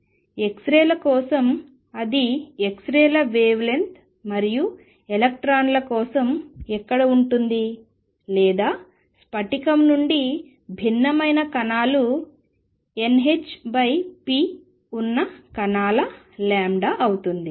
x ray ల కోసం అది x రే ల వేవ్ లెంగ్త్ మరియు ఎలక్ట్రాన్ల కోసం ఎక్కడ ఉంటుంది లేదా స్ఫటికం నుండి భిన్నమైన కణాలు nhp ఉన్న కణాల λ అవుతుంది